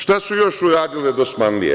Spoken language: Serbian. Šta su još uradile dosmanlije?